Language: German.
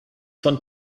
von